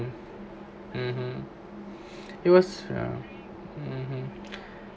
mmhmm it was uh mmhmm